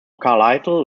carlisle